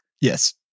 Yes